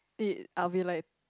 be I will be like